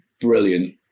brilliant